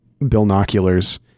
binoculars